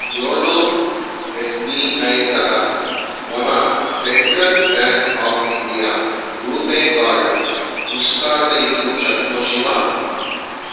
YONO S B I तः मम Central Bank of India RuPay card निष्कासयितुं शक्नोषि व